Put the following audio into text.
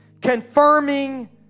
confirming